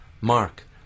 Mark